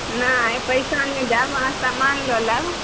नहि पैसा नहि देब अहाँ समान लऽ लेब